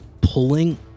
pulling